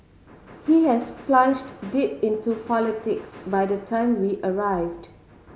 he has plunged deep into politics by the time we arrived